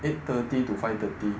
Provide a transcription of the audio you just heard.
eight thirty to five thirty